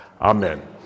Amen